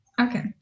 okay